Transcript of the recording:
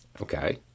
Okay